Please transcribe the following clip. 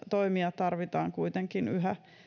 toimia tarvitaan kuitenkin yhä